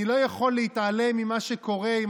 אני לא יכול להתעלם ממה שקורה עם